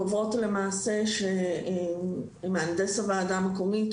קובעות שמהנדס הוועדה המקומית,